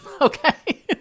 okay